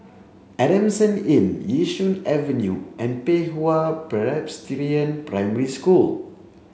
Adamson Inn Yishun Avenue and Pei Hwa Presbyterian Primary School